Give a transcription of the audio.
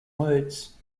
words